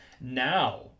Now